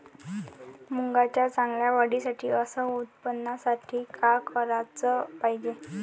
मुंगाच्या चांगल्या वाढीसाठी अस उत्पन्नासाठी का कराच पायजे?